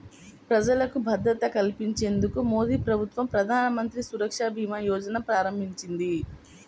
ప్రజలకు భద్రత కల్పించేందుకు మోదీప్రభుత్వం ప్రధానమంత్రి సురక్ష భీమా యోజనను ప్రారంభించింది